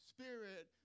Spirit